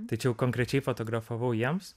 tai čia jau konkrečiai fotografavau jiems